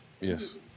Yes